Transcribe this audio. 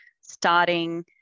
starting